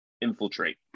infiltrate